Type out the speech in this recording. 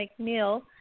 McNeil